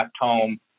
home